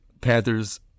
Panthers